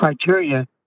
criteria